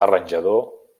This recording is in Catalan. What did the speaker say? arranjador